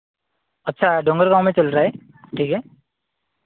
अच्छा डोमरगांव में चल रहा है ठीक है